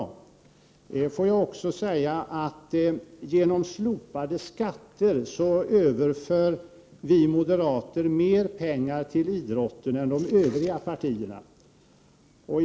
Får jag också säga att vi moderater genom slopade skatter överför mer pengar till idrotten än de övriga partierna gör.